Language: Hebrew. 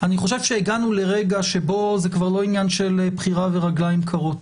אני חושב שהגענו לרגע שבו זה כבר לא עניין של בחירה ורגליים קרות.